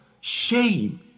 shame